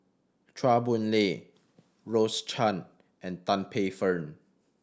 Chua Boon Lay Rose Chan and Tan Paey Fern